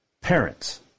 parents